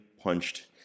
punched